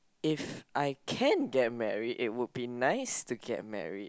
if I can get married it would be nice to get married